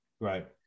right